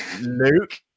Luke